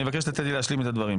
אני מבקש לתת לי להשלים את הדברים,